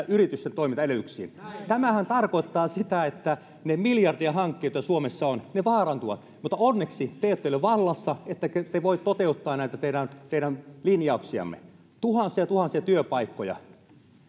yritysten toimintaedellytyksiin tämähän tarkoittaa sitä että ne miljardihankkeet joita suomessa on vaarantuvat mutta onneksi te ette ole vallassa ettekä voi toteuttaa näitä teidän teidän linjauksianne tuhansia ja tuhansia työpaikkoja